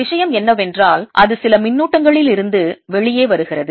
விஷயம் என்னவென்றால் அது சில மின்னூட்டங்களில் இருந்து வெளியே வருகிறது